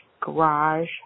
garage